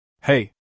Hey